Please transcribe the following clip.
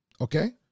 Okay